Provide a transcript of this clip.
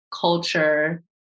culture